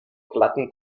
glatten